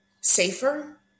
safer